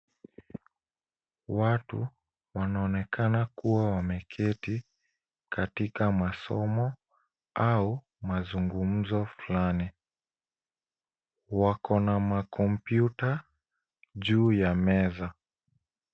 Watu wanaonekana kuwa wameketi katika masomo au mazungumzo fulani. Wako na makompyuta juu ya meza.